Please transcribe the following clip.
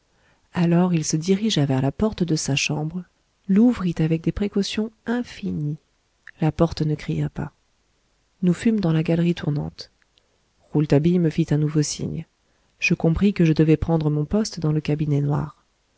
alors il se dirigea vers la porte de sa chambre l'ouvrit avec des précautions infinies la porte ne cria pas nous fûmes dans la galerie tournante rouletabille me fit un nouveau signe je compris que je devais prendre mon poste dans le cabinet noir